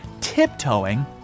tiptoeing